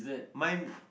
mine